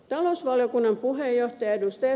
talousvaliokunnan puheenjohtaja ed